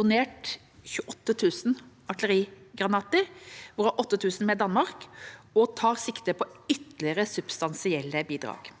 donert 28 000 artillerigranater, hvorav 8 000 med Danmark, og tar sikte på ytterligere substansielle bidrag.